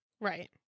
Right